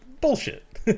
Bullshit